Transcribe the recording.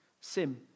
Sim